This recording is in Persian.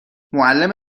معلم